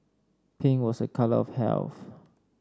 pink was a colour of health